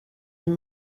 you